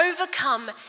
overcome